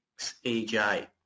XEJ